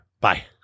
bye